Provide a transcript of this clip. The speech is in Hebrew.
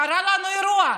קרה לנו אירוע,